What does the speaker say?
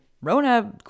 Rona